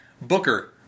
Booker